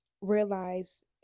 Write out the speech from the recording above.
realize